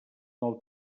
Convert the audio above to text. nou